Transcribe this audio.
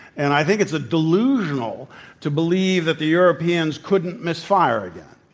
and i think it's delusional to believe that the europeans couldn't misfire again.